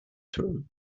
term